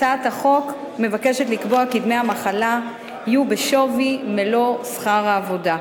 הצעת החוק מבקשת לקבוע כי דמי המחלה יהיו בשווי מלוא שכר העבודה.